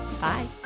Bye